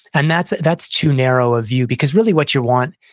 and that's that's too narrow review because really what you want,